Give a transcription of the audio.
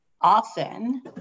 often